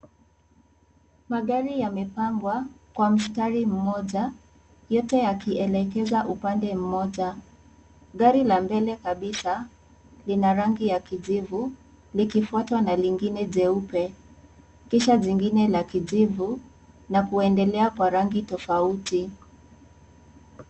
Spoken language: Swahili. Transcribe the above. Magari yamepangwa kwa mstari mmoja yote yakielekeza upande mmoja. Gari la mbele kabisa lina rangi ya kijivu likufuatwa na lingine jeupe kisha jingine la kijivu na kuendelea kwa rangi tofauti.